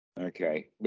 Okay